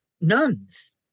nuns